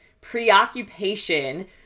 Preoccupation